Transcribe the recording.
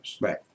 Right